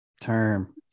term